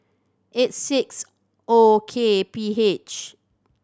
eight six O K P H